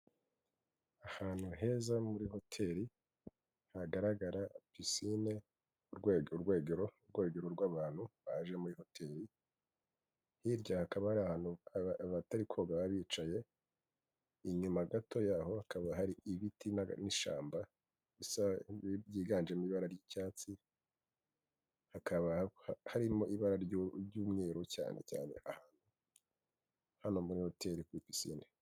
Ahantu heza muri hoteli hagaragara pisine kurwego urwegero rw'abantu baje muri hoteli, hirya hakaba ari ahantu abatari koga bari bicaye, inyuma gato yaho hakaba hari ibiti n'ishyamba byiganjemo ibara ry'icyatsi hakaba harimo ibara ry'umweru cyane cyane ahantu hano muri hoteli kuri pisine.